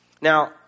Now